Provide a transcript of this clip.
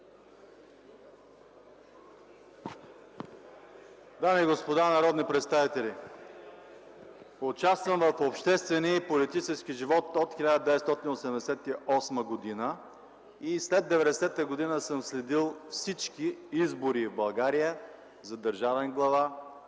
Дами и господа народни представители! Участвам в обществения и политическия живот от 1988 г. и след 90-а година съм следил всички избори в България – за държавен глава,